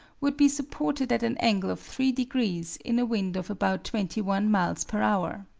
would be supported at an angle of three degrees in a wind of about twenty one miles per hour.